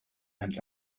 and